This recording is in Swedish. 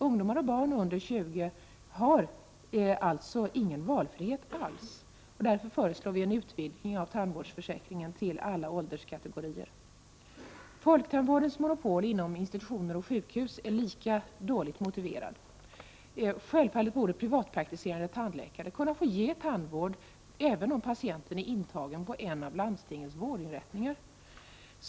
Barn och ungdomar under 20 år har alltså ingen valfrihet alls. Vi föreslår därför en utvidgning av tandvårdsförsäkringen till alla ålderskategorier. Folktandvårdens monopol inom institutioner och sjukhus är lika dåligt motiverat. Självfallet borde privatpraktiserande tandläkare kunna få ge tandvård även om patienten är intagen på en av landstingets vårdinrättningar.